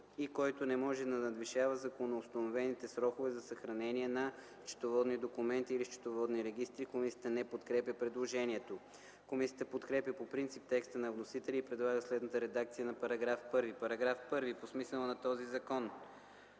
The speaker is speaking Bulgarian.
и който не може да надвишава законоустановените срокове за съхранение на счетоводни документи или счетоводни регистри.” Комисията не подкрепя предложението. Комисията подкрепя по принцип текста на вносителя и предлага следната редакция на § 1: „§ 1. По смисъла на този закон: